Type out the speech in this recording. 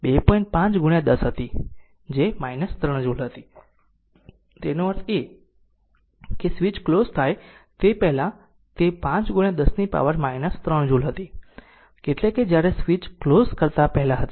5 10 હતી 3 જૂલ તેનો અર્થ એ કે સ્વીચ ક્લોઝ થાય તે પહેલાં તે 5 10 પાવર 3 જૂલ હતું એટલે કે જ્યારે સ્વીચ સ્વીચ ક્લોઝ કરતા પહેલા હતો